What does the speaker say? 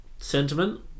Sentiment